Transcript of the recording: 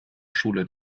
schule